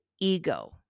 ego